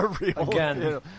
Again